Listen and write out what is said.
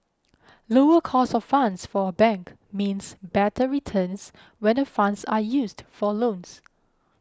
lower cost of funds for a bank means better returns when the funds are used for loans